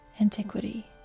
antiquity